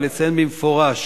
ולציין במפורש